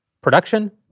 production